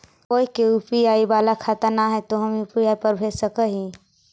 कोय के यु.पी.आई बाला खाता न है तो हम यु.पी.आई पर भेज सक ही?